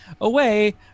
away